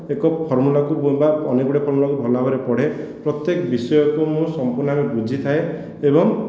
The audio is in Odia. ଏକ ଫର୍ମୂଲାକୁ କିମ୍ବା ଅନେକ ଗୁଡ଼ିଏ ଫର୍ମୁଲାକୁ ଭଲ ଭାବରେ ପଢ଼େ ପ୍ରତ୍ୟେକ ବିଷୟକୁ ମୁଁ ସଂପୂର୍ଣ୍ଣ ଭାବରେ ବୁଝିଥାଏ ଏବଂ